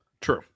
True